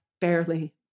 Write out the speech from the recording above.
barely